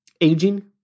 Aging